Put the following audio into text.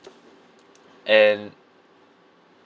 and